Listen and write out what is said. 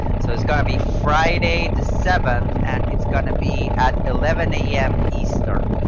so it's going to be friday, the seventh and it's going to be at eleven ah yeah am. eastern.